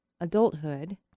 Adulthood